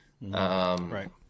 right